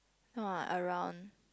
no ah around